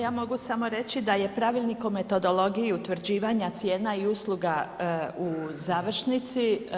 Evo, ja mogu samo reći da je Pravilnik o metodologiji utvrđivanja cijena i usluga u završnici.